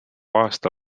aasta